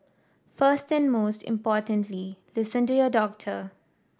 first and most importantly listen to your doctor